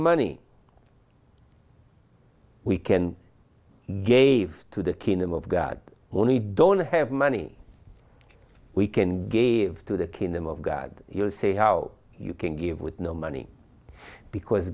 money we can gave to the kingdom of god only don't have money we can gave to the kingdom of god you say how you can give with no money because